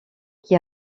qui